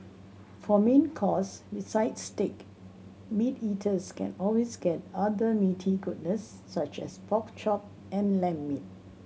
for main course besides steak meat eaters can always get other meaty goodness such as pork chop and lamb meat